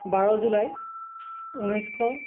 বাৰ জুলাই ঊনৈছশ